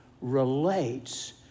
relates